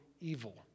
evil